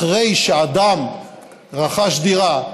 אחרי שאדם רכש דירה,